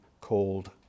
called